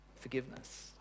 forgiveness